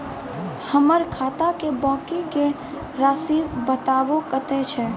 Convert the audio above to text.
हमर खाता के बाँकी के रासि बताबो कतेय छै?